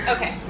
Okay